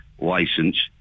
license